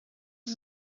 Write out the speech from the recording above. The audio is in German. sie